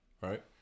Right